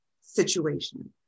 situation